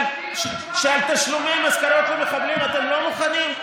על תשלומי משכורות למחבלים אתם לא מוכנים?